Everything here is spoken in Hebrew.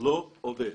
לא עובד.